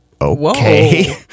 Okay